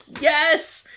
yes